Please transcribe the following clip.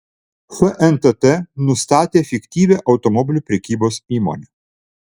fntt nustatė fiktyvią automobilių prekybos įmonę